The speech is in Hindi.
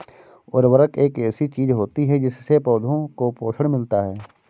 उर्वरक एक ऐसी चीज होती है जिससे पौधों को पोषण मिलता है